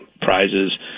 prizes